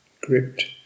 gripped